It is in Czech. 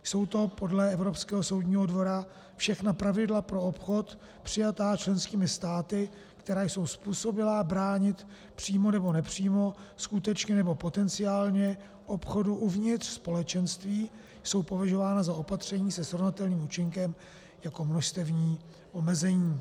Jsou to podle Evropského soudního dvora všechna pravidla pro obchod přijatá členskými státy, která jsou způsobilá bránit přímo nebo nepřímo, skutečně nebo potenciálně obchodu uvnitř Společenství, jsou považována za opatření se srovnatelným účinkem jako množstevní omezení.